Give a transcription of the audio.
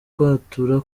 kwatura